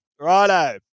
Righto